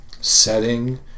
setting